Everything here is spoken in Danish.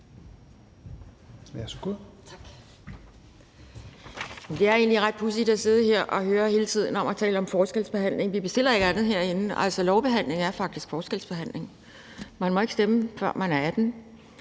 er så god